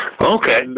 Okay